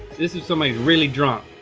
this is somebody really drunk.